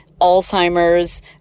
Alzheimer's